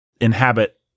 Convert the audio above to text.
inhabit